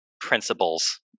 principles